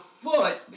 foot